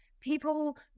people